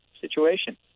situation